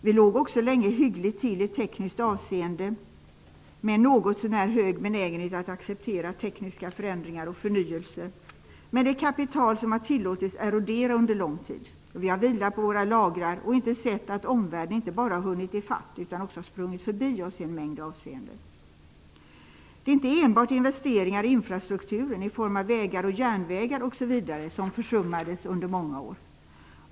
Vi låg också länge hyggligt till i tekniskt avseende med en något så när hög benägenhet att acceptera tekniska förändringar och förnyelse. Men det är ett kapital som har tillåtits erodera under lång tid. Vi har vilat på våra lagrar och inte sett att omvärlden inte bara har hunnit ifatt utan också sprungit förbi oss i en mängd avseenden. Det är inte enbart investeringar i infrastrukturen i form av vägar och järnvägar osv. som har försummats under många år.